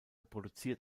produziert